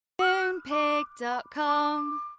Moonpig.com